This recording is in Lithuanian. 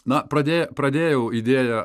na pradė pradėjau idėją